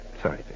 Sorry